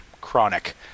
chronic